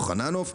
יוחננוף,